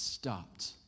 stopped